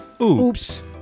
Oops